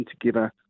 together